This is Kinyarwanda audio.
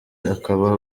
akaba